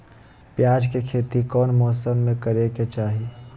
प्याज के खेती कौन मौसम में करे के चाही?